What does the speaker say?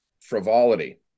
frivolity